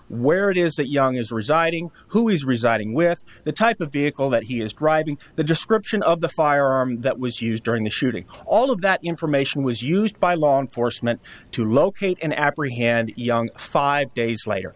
where it is that young is residing who is residing with the type of vehicle that he is driving the description of the firearm that was used during the shooting all of that information was used by law enforcement to locate and apprehend young five days later